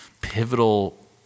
pivotal